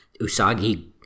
Usagi